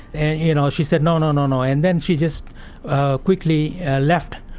and you know she said, no, no, no no and then she just quickly left.